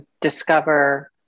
discover